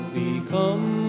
become